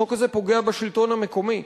החוק הזה פוגע בשלטון המקומי,